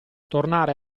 tornare